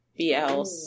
BLs